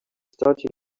start